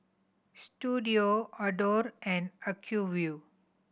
Istudio Adore and Acuvue